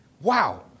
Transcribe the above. Wow